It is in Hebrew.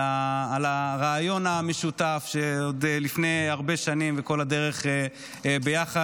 על הרעיון המשותף עוד מלפני הרבה שנים וכל הדרך ביחד.